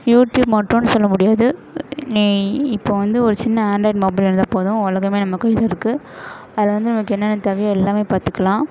YouTube மட்டும்னு சொல்ல முடியாது நீ இப்போ வந்து ஒரு சின்ன ஆண்ட்ராய்ட் மொபைல் இருந்தால் போதும் உலகமே நம்ம கையில் இருக்குது அதில் வந்து நமக்கு என்னென்ன தேவையோ எல்லாமே பார்த்துக்கலாம்